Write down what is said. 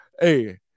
Hey